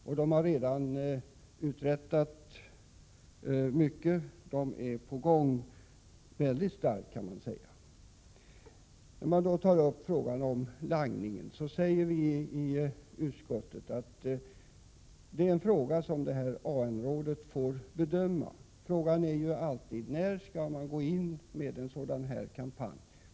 De har redan uträttat mycket, och man kan säga att de är starkt på gång. Frågan om langningen säger vi i utskottet är en fråga som AN-rådet får bedöma. Frågan är alltid när man bör gå in med en kampanj.